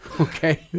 okay